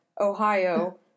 Ohio